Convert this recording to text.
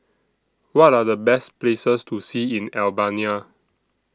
What Are The Best Places to See in Albania